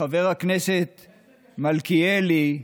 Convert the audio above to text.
וחבר הכנסת מלכיאלי,